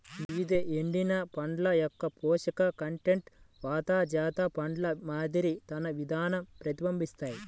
వివిధ ఎండిన పండ్ల యొక్కపోషక కంటెంట్ వాటి తాజా పండ్ల మాదిరి తన విధాన ప్రతిబింబిస్తాయి